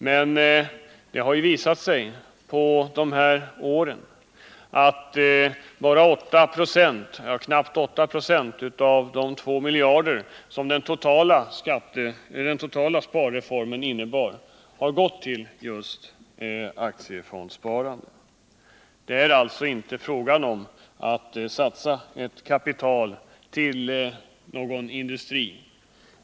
Men det har under dessa år visat sig att aktiefondssparandet bara svarar för knappt 8 20 av de 2 miljarder som utgör den totala behållningen i den nya sparformen. Det är alltså inte fråga om att satsa ett kapital till någon industri.